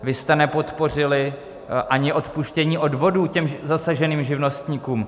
Vy jste nepodpořili ani odpuštění odvodů těm zasaženým živnostníkům.